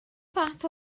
fath